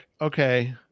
okay